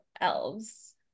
elves